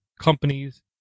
companies